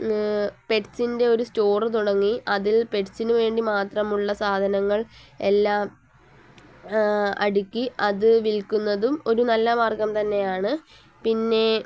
പെറ്റ്സിൻ്റെ ഒരു സ്റ്റോറ് തുടങ്ങി അതിൽ പെറ്റ്സിന് വേണ്ടി മാത്രമുള്ള സാധനങ്ങൾ എല്ലാം അടുക്കി അത് വിൽക്കുന്നതും ഒരു നല്ല മാർഗം തന്നെയാണ് പിന്നെ